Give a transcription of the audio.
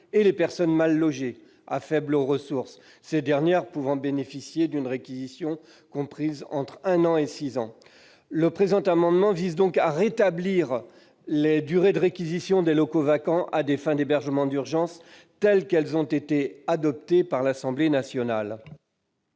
et les personnes mal logées à faibles ressources, ces dernières pouvant bénéficier d'une réquisition comprise entre un an et six ans. Le présent amendement vise donc à rétablir les durées de réquisition des locaux vacants à des fins d'hébergement d'urgence telles qu'elles ont été adoptées par l'Assemblée nationale.